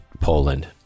Poland